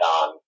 on